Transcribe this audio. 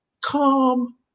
Calm